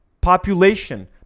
population